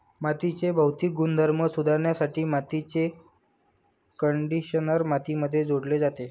मातीचे भौतिक गुणधर्म सुधारण्यासाठी मातीचे कंडिशनर मातीमध्ये जोडले जाते